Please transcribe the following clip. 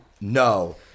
No